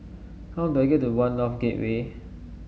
how do I get to One North Gateway